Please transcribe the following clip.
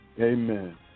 Amen